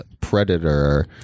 predator